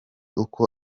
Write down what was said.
uko